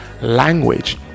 language